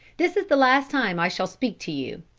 this is the last time i shall speak to you.